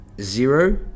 zero